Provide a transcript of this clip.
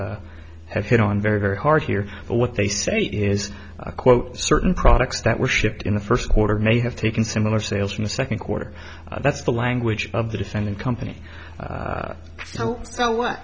e had hit on very very hard here but what they say is quote certain products that were shipped in the first quarter may have taken similar sales from the second quarter that's the language of the defendant company so what